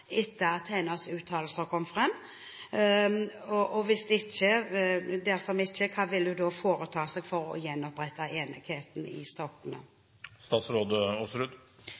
Hvis ikke – hva vil hun da foreta seg for å gjenopprette enigheten i